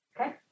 Okay